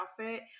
outfit